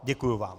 Děkuji vám.